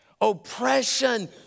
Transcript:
Oppression